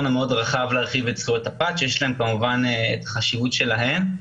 הגדול להרחיב את זכויות הפרט שיש להן את החשיבות שלהן.